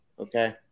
Okay